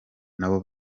nabo